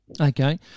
Okay